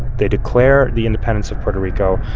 they declare the independence of puerto rico.